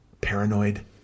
paranoid